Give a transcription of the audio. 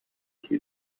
two